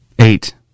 Eight